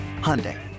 Hyundai